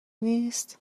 نیست